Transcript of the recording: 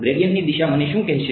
ગ્રેડીયંટની દિશા મને શું કહેશે